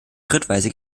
schrittweise